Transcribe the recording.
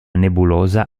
nebulosa